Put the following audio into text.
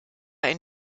ein